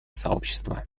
сообщества